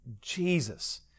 Jesus